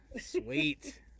sweet